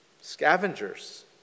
scavengers